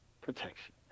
protection